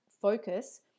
focus